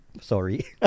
Sorry